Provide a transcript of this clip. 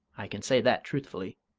i can say that truthfully.